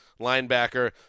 linebacker